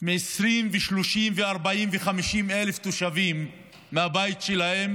מ-20,000 ו-30,000 ו-40,000 ו-50,000 תושבים מהבתים שלהם